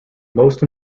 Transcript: most